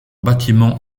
bâtiments